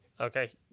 Okay